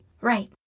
Right